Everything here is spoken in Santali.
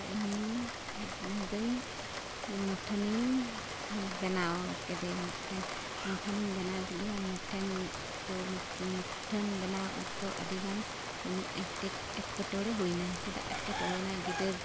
ᱤᱧ ᱤᱧ ᱫᱚ ᱢᱩᱴᱷᱟᱹᱱᱤᱧ ᱵᱮᱱᱟᱣ ᱠᱮᱫᱮᱭᱟ ᱢᱮᱫᱴᱮᱱ ᱢᱩᱴᱷᱟᱹᱱᱤᱧ ᱵᱮᱱᱟᱣ ᱠᱮᱫᱮᱭᱟ ᱢᱤᱫᱴᱮᱱ ᱢᱩᱴᱷᱟᱹᱱ ᱵᱮᱱᱟᱣ ᱚᱠᱛᱚ ᱟᱹᱰᱤᱜᱟᱱ ᱢᱟᱱᱮ ᱮᱴᱠᱮ ᱮᱴᱠᱮ ᱴᱚᱬᱮ ᱦᱩᱭᱮᱱᱟ ᱪᱮᱫᱟᱜ ᱮᱴᱠᱮ ᱴᱚᱬᱮᱭᱮᱱᱟ ᱜᱤᱫᱟᱹᱨ